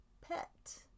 pet